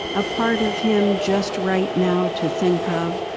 a part of him just right now to think of,